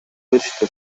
беришти